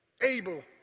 able